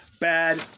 Bad